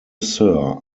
sir